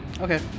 Okay